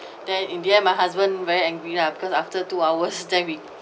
then in the end my husband very angry lah because after two hours then we